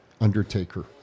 Undertaker